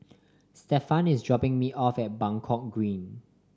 Stephan is dropping me off at Buangkok Green